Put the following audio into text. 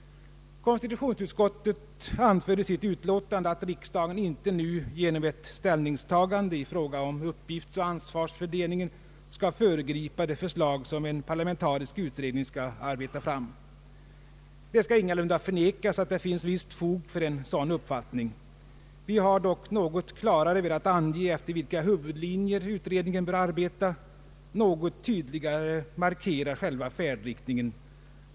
Konstitutionsutskottet anför i sitt utlåtande att riksdagen inte nu genom ett ställningstagande i fråga om uppgiftsoch ansvarsfördelningen skall föregripa det förslag som en parlamentarisk utredning skall arbeta fram. Det skall ingalunda förnekas att det finns visst fog för en sådan uppfattning. Vi har dock något klarare velat ange efter vilka huvudlinjer utredningen bör arbeta, något tydligare markera själva färdriktningen.